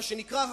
מה שנקרא,